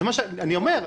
אני אומר,